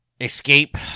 escape